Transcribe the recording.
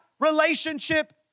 relationship